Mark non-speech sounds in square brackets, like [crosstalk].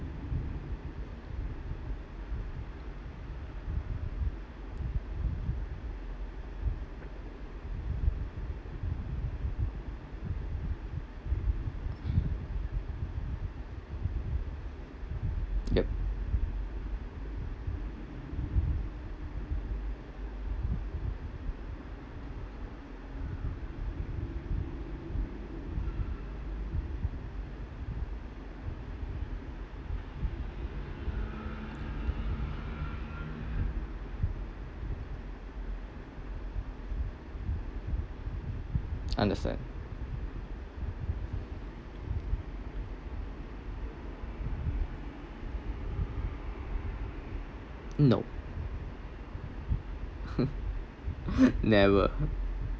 yup understand no [laughs] never